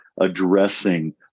addressing